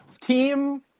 team